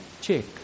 check